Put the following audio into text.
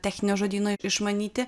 techninio žodyno išmanyti